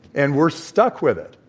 and we're stuck with it.